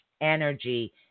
energy